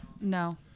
No